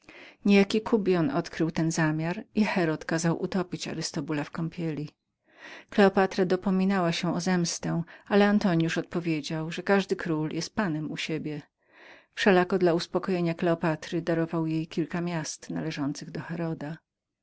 niejaki kubion odkrył ten zamiar i herod kazał utopić arystobula w kąpieli kleopatra dopominała się o zemstę ale antonius odpowiedział że każdy król był panem u siebie wszelako dla uspokojenia kleopatry darował jej kilka miast należących do